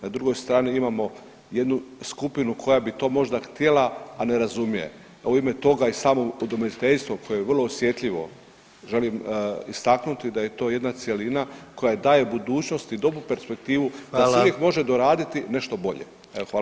Na drugoj strani imamo jednu skupinu koja bi to možda htjela, a ne razumije, pa u ime toga i samo udomiteljstvo koje je vrlo osjetljivo želim istaknuti da je to jedna cjelina koja daje budućnosti i dobru perspektivu da se [[Upadica: Hvala.]] uvijek može doraditi nešto bolje.